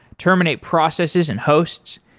terminate processes and hosts.